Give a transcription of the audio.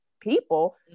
people